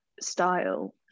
style